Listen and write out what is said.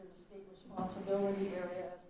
state responsibility area